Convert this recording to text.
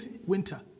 winter